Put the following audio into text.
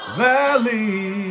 valley